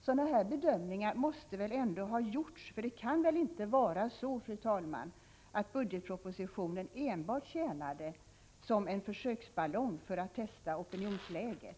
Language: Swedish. Sådana här bedömningar måste ändå ha gjorts, för det kan väl inte vara så, fru talman, att budgetpropositionen enbart tjänade som en försöksballong för att testa opinionsläget?